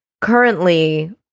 currently